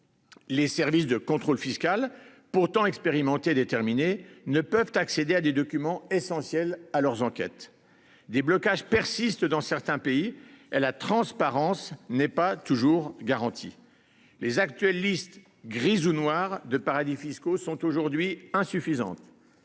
Les services de contrôle fiscal pourtant expérimenté déterminé ne peuvent accéder à des documents essentiels à leurs enquêtes des blocages persistent dans certains pays est la transparence n'est pas toujours garantie. Les actuels liste grise ou noire de paradis fiscaux sont aujourd'hui insuffisantes.--